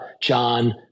John